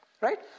Right